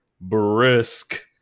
brisk